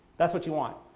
that's what you want.